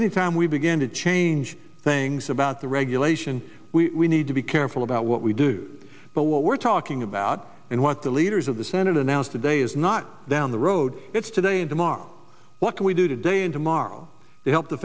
anytime we begin to change things about the regulation we need to be careful about what we do but what we're talking about and what the leaders of the senate announced today is not down the road it's today and tomorrow what we do today and tomorrow to help the